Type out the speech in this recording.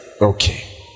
Okay